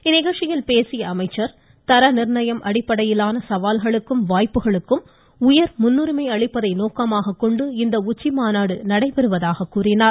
இந்நிகழ்ச்சியில் பேசிய அமைச்சர் தர நிர்ணயம் அடிப்படையிலான சவால்களுக்கும் வாய்ப்புகளுக்கும் உயர் முன்னுரிமை அளிப்பதை நோக்கமாக கொண்டு இந்த உச்சி மாநாடு நடைபெறுவதாக கூறினார்